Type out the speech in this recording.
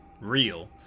real